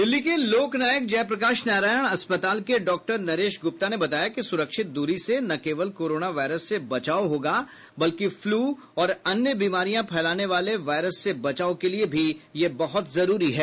दिल्ली के लोक नायक जयप्रकाश नारायण अस्पताल के डॉक्टर नरेश गुप्ता ने बताया कि सुरक्षित दूरी से न केवल कोरोना वायरस से बचाव होगा बल्कि फ्लू और अन्य बीमारियां फैलाने वाले वायरस से बचाव के लिए भी यह बहुत जरूरी है